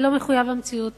זה לא מחויב המציאות,